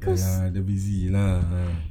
!aiya! they busy lah